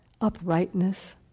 Uprightness